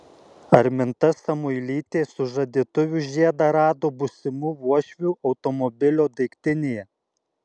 arminta samuilytė sužadėtuvių žiedą rado būsimų uošvių automobilio daiktinėje